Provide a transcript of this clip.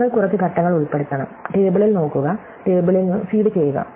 നിങ്ങൾ കുറച്ച് ഘട്ടങ്ങൾ ഉൾപ്പെടുത്തണം ടേബിളിൽ നോക്കുക ടേബിളിനു ഫീഡ് ചെയുക